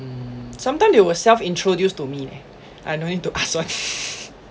mm sometime they will self introduce to me leh I no need to ask [one]